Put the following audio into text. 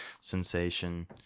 sensation